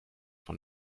von